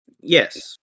Yes